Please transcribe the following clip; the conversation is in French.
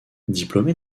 diplômé